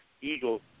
eagle